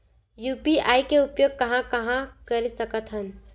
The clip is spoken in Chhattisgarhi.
यू.पी.आई के उपयोग कहां कहा कर सकत हन?